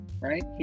right